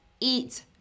eat